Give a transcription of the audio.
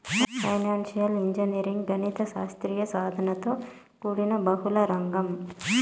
financial engineering గణిత శాస్త్ర సాధనలతో కూడిన బహుళ రంగం